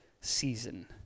season